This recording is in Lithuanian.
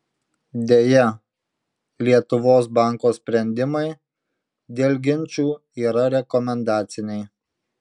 deja lietuvos banko sprendimai dėl ginčų yra rekomendaciniai